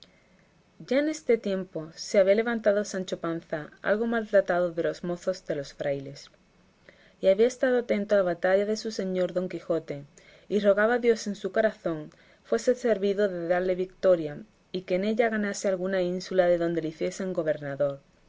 ya en este tiempo se había levantado sancho panza algo maltratado de los mozos de los frailes y había estado atento a la batalla de su señor don quijote y rogaba a dios en su corazón fuese servido de darle vitoria y que en ella ganase alguna ínsula de donde le hiciese gobernador